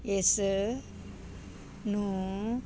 ਇਸ ਨੂੰ